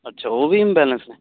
ਅੱਛਾ ਉਹ ਵੀ ਇੰਬੈਲਸ ਨੇ